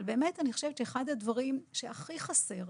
אני חושבת שאחד הדברים שהכי חסר,